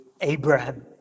Abraham